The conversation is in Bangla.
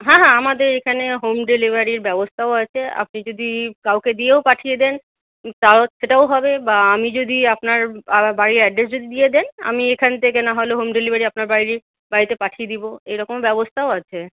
হ্যাঁ হ্যাঁ আমাদের এখানে হোম ডেলিভারির ব্যবস্থাও আছে আপনি যদি কাউকে দিয়েও পাঠিয়ে দেন তাও সেটাও হবে বা আমি যদি আপনার বাড়ির অ্যাড্রেস যদি দিয়ে দেন আমি এখান থেকে নাহলে হোম ডেলিভারি আপনার বাড়িতে পাঠিয়ে দেব এইরকম ব্যবস্থাও আছে